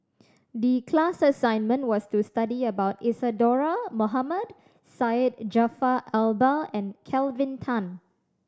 the class assignment was to study about Isadhora Mohamed Syed Jaafar Albar and Kelvin Tan